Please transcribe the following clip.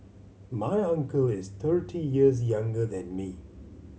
my uncle is thirty years younger than me